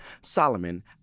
Solomon